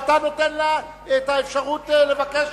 ואתה נותן לה את האפשרות לבקש,